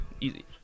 easy